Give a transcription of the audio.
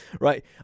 right